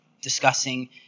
discussing